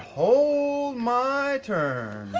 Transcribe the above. hold my turn.